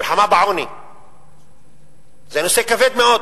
מלחמה בעוני זה נושא כבד מאוד.